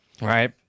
Right